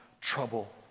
trouble